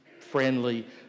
friendly